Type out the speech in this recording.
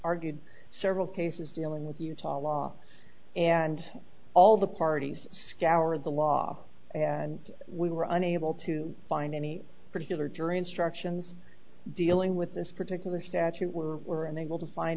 argued several cases dealing with utah law and all the parties scoured the law and we were unable to find any particular jury instructions dealing with this particular statute were unable to find